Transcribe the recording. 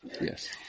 Yes